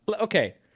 okay